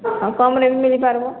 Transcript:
ଆଉ କମ୍ରେ ବି ମିଳିପାରିବ